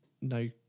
no